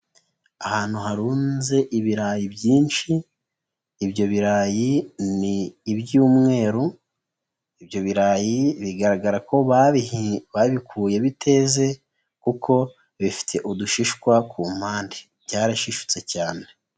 Ahantu harunze ibirayi byinshi ibyo birayi ni iby'umweru ibyo birarayi bigaragara ko babikuye biteze kuko bifite udushishwa ku mpande byarashishutse cyane.